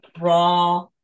raw